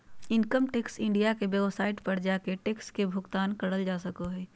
income tax India के website पर जाके टैक्स के भुगतान करल जा सको हय